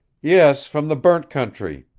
yes, from the burnt country.